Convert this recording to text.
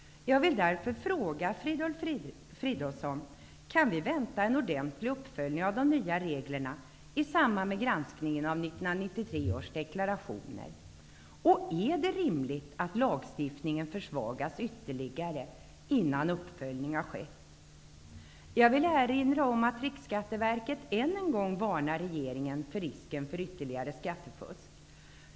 Jag vill därför fråga Filip Fridolfsson: Kan vi vänta en ordentlig uppföljning av de nya reglerna i samband med granskningen av 1993 års deklarationer? Är det rimligt att lagstiftningen försvagas ytterligare innan uppföljning har skett? Jag vill erinra om att Riksskatteverket än en gång varnar regeringen för risken för ytterligare skattefusk.